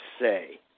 say